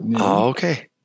Okay